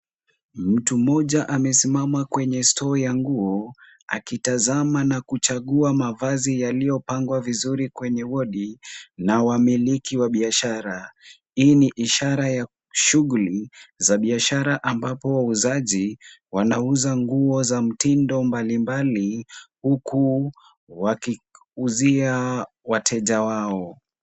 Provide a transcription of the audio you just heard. Mtu mmoja amesimama kwenye store ya nguo akitazama na kuchagua mavazi yaliyopangwa vizuri kwenye wodi na wamiliki wa biashara. Hii ni ishara ya shughuli za biashara ambapo wauzaji, wanauza nguo za mtindo mbalimbali huku wakiuzia wateja wao.